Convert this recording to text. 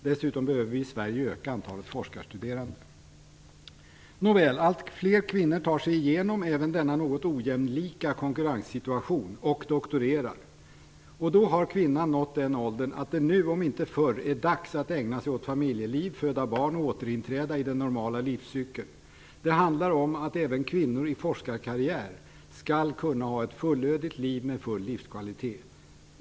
Dessutom behöver vi i Sverige öka antalet forskarstuderande. Nåväl, allt fler kvinnor tar sig igenom även denna något ojämlika konkurrenssituation - och doktorerar. Då har kvinnan nått den ålder att det nu om inte förr är dags att ägna sig åt familjeliv, föda barn och återinträda i den normala livscykeln. Det handlar om att även kvinnor i forskarkarriär skall kunna ha ett fullödigt liv med full livskvalitet.